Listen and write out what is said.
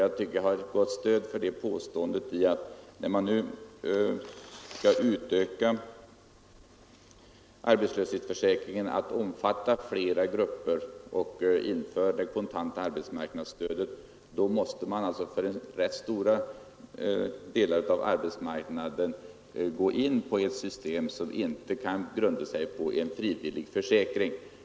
Jag tycker att jag har ett gott stöd för det påståendet i den omständigheten, att när man nu skall utöka arbetslöshetsförsäkringen att omfatta flera grupper och införa det kontanta arbetsmarknadsstödet måste man för rätt stora delar av arbetsmarknaden gå in för ett system som inte kan grundas på en frivillig försäkring.